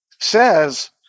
says